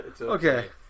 Okay